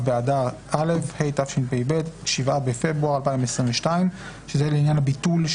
(הגבלת פעילות